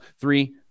Three